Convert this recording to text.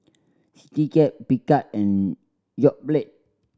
Citycab Picard and Yoplait